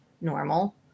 normal